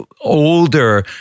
older